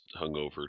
hungover